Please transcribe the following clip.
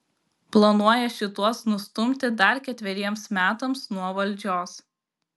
planuoja šituos nustumti dar ketveriems metams nuo valdžios